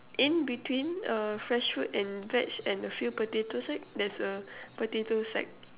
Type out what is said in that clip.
in between uh fresh fruit and veg and a few potato sack there's a potato sack